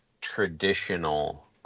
traditional